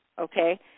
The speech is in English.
okay